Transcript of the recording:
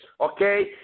okay